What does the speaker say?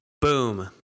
Boom